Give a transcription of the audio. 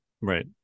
right